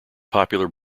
popular